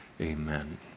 amen